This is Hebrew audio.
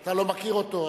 אתה לא מכיר אותו,